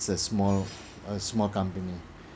it's a small a small company